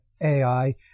AI